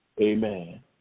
Amen